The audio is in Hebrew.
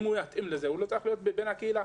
אם הוא יתאים לזה, הוא לא צריך להיות בן הקהילה.